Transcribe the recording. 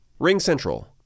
RingCentral